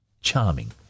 Charming